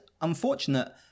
unfortunate